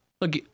Look